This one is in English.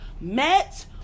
met